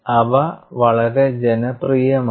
അവ വളരെ ജനപ്രിയമാണ്